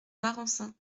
marensin